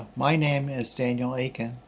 my name is daniel akin.